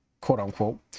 quote-unquote